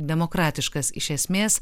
demokratiškas iš esmės